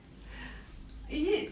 is it